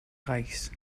reichs